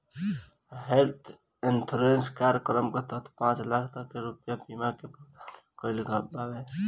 health insurance कार्यक्रम के तहत पांच लाख तक रुपिया के बीमा के प्रावधान कईल गईल बावे